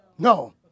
No